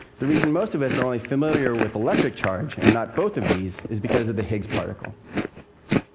the reason most of us are only familiar with electric charge and not both of these is because of the higgs particle.